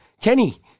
Kenny